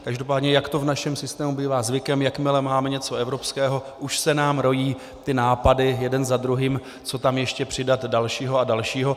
Každopádně jak to v našem systému bývá zvykem, jakmile máme něco evropského, už se nám rojí nápady jeden za druhým, co tam ještě přidat dalšího a dalšího.